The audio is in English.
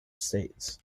states